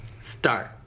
Start